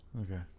okay